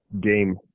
game